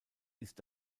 ist